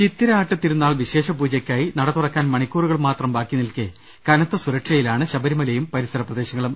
ചിത്തിര ആട്ടത്തിരുന്നാൾ വിശേഷ പൂജയ്ക്കായി നട തുറക്കാൻ മണിക്കൂ റുകൾ മാത്രം ബാക്കി നിൽക്കെ കനത്ത സുരക്ഷയിലാണ് ശബരിമലയും പരിസര പ്രദേശങ്ങളും